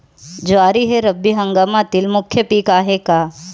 ज्वारी हे रब्बी हंगामातील मुख्य पीक आहे का?